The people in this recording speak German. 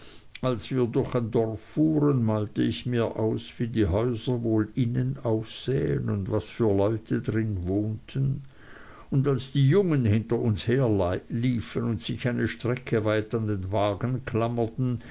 als wir durch ein dorf fuhren malte ich mir aus wie die häuser wohl innen aussähen und was für leute drin wohnten und als die jungen hinter uns herliefen und sich eine strecke weit an den wagen klammerten